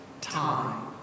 time